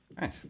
Nice